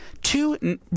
Two